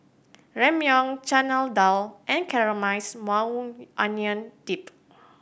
Ramyeon Chana Dal and Caramelized Maui Onion Dip